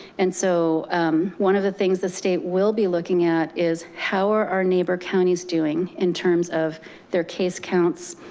and so one of the things the state will be looking at is, how are our neighbor counties doing in terms of their case counts,